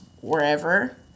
wherever